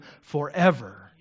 forever